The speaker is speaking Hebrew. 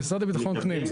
המשרד לביטחון פנים.